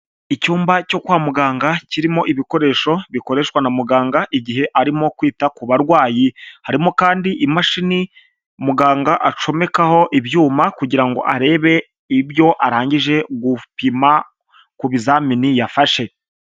Icyumba cyo kwa muganga kirimo ibikoresho bikoreshwa na muganga igihe arimo kwita ku barwayi, harimo kandi imashini muganga acomekaho ibyuma kugirango arebe ibyo arangije gupima ku bizamini yafashe.